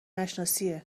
نشناسیه